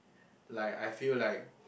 like I feel like